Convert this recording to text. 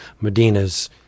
Medina's